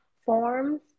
forms